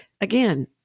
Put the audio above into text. again